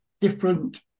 different